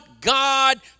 God